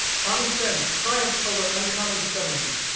common sense triumphed over uncommon stubbornness.